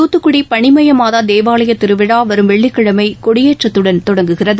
தூத்துக்குடி பனிமய மாதா தேவாலய திருவிழா வரும் வெள்ளிக்கிழமை கொடியேற்றத்துடன் தொடங்குகிறது